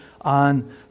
on